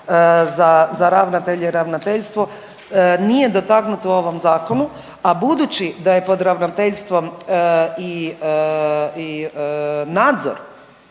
za ravnatelje i ravnateljstvo nije dotaknuto u ovom zakonu, a budući da je pod ravnateljstvom i, i nadzor